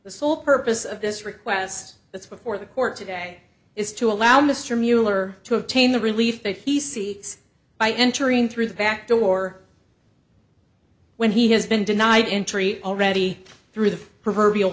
the sole purpose of this request that's before the court today is to allow mr mueller to obtain the relief they fisi by entering through the back door when he has been denied entry already through the proverbial